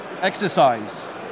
exercise